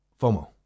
FOMO